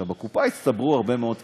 עכשיו, בקופה הצטברו הרבה מאוד כספים,